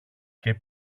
και